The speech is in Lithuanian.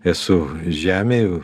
esu žemėj